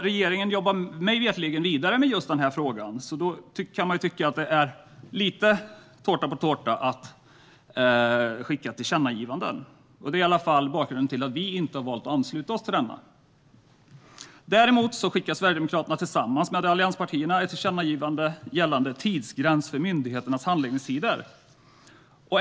Regeringen jobbar mig veterligen vidare med den frågan, och då kan det vara lite tårta på tårta att skicka tillkännagivanden. Det är i alla fall bakgrunden till att vi inte har valt att ansluta oss till detta tillkännagivande. Däremot skickar Sverigedemokraterna tillsammans med allianspartierna ett tillkännagivande gällande tidsgräns för myndigheternas handläggningstider.